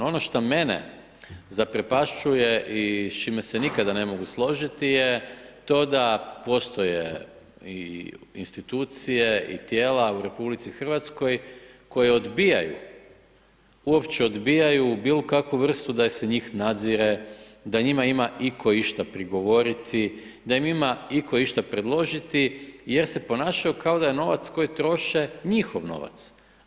Ono što mene zaprepašćuje i s čime se nikada ne mogu složiti je to da postoje i institucije i tijela u RH koja odbijaju uopće odbijaju bilo kakvu vrstu da se njih nadzire, da njima ima itko išta prigovoriti, da im ima itko išta predložiti jer se ponašaju kao da je novac koji troše, njihov novac.